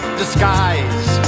disguise